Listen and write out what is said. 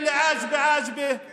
השפה הערבית היא זהותנו.)